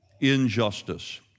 injustice